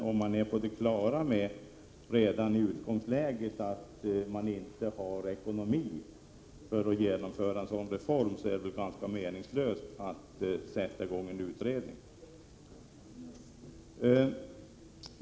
Om man redan i utgångsläget är på det klara med att man inte har en ekonomi som tillåter en sådan reform, är det väl ganska meningslöst att genomföra en sådan utredning.